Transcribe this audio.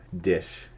dish